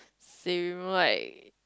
same like